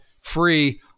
free